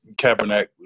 Kaepernick